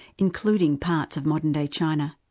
including parts of modern-day china.